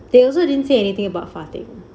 they also didn't say anything about farting